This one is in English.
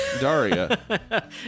Daria